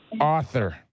author